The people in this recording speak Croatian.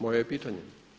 Moje je pitanje.